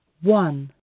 one